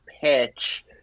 pitch